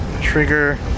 Trigger